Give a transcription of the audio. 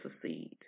succeed